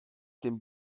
dem